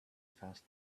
fast